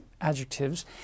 adjectives